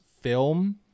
film